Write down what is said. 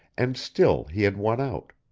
and still he had won out.